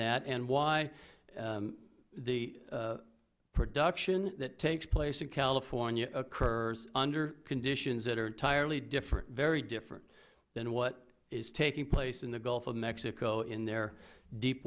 that and why the production that takes place in california occurs under conditions that are entirely different very different than what is taking place in the gulf of mexico in their